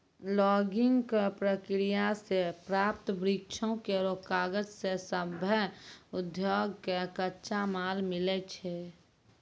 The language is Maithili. लॉगिंग क प्रक्रिया सें प्राप्त वृक्षो केरो कागज सें सभ्भे उद्योग कॅ कच्चा माल मिलै छै